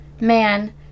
man